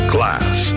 Class